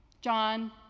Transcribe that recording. John